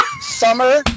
summer